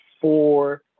four